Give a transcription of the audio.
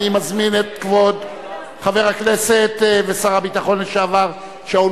אני מזמין את כבוד חבר הכנסת ושר הביטחון לשעבר שאול